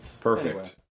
Perfect